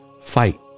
Fight